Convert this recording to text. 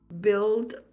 Build